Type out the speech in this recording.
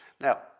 Now